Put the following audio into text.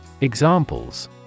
Examples